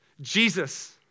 Jesus